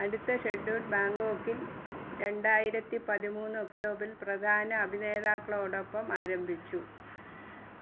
അടുത്ത ഷെഡ്യൂൾ ബാങ്കോക്കിൽ രണ്ടായിരത്തി പതിമൂന്ന് ഒക്റ്റോബിൽ പ്രധാന അഭിനേതാക്കളോടൊപ്പം ആരംഭിച്ചു